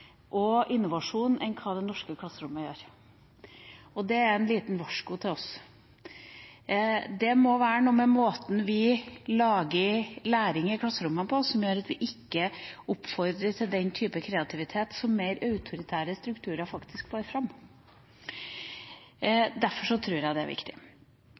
og innovasjon enn hva det norske klasserommet gjør. Det er et lite varsko til oss. Det må være noe med måten vi lager læring i klasserommene på som gjør at vi ikke oppfordrer til den typen kreativitet som mer autoritære strukturer faktisk får fram. Derfor tror jeg det er viktig